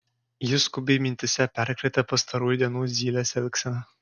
jis skubiai mintyse perkratė pastarųjų dienų zylės elgseną